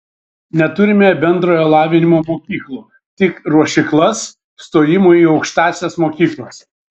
neturime bendrojo lavinimo mokyklų tik ruošyklas stojimui į aukštąsias mokyklas